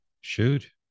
Shoot